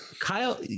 Kyle